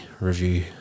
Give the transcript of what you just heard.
review